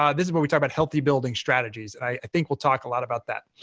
um this is where we talk about healthy building strategies, and i think we'll talk a lot about that.